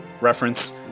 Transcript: reference